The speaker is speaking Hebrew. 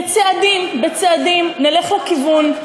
בצעדים, בצעדים, נלך לכיוון.